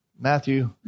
Matthew